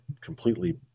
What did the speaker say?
completely